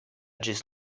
ĝis